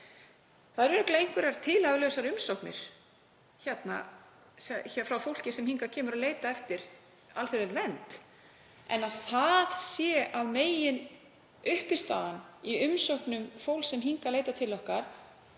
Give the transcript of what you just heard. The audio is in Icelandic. Það eru örugglega einhverjar tilhæfulausar umsóknir frá fólki sem hingað kemur til að leita eftir alþjóðlegri vernd en að það sé meginuppistaðan í umsögnum fólks sem hingað leitar til okkar